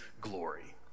glory